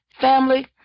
Family